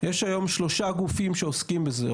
יש היום 3 גופים שעוסקים בזה,